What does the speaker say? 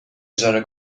اجاره